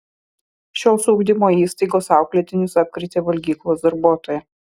šios ugdymo įstaigos auklėtinius apkrėtė valgyklos darbuotoja